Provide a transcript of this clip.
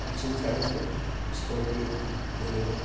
XUV five hundred scorpio bolero